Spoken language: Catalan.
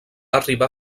arribar